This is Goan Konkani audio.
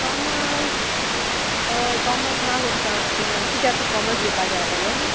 कॉमर्स हय कॉमर्स ना गो तिका थिंगा कित्याक तुका कॉमर्स घेवपा जाय आसलोलें